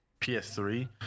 PS3